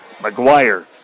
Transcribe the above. McGuire